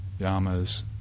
yamas